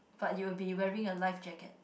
but you will be wearing a life jacket